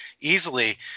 easily